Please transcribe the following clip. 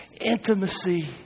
Intimacy